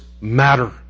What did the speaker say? matter